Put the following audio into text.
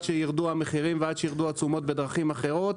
שירדו המחירים ועד שירדו התשומות בדרכים אחרות.